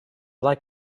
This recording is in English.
like